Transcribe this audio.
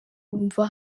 wumva